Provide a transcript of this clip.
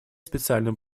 специальным